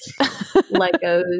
Legos